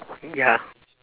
ya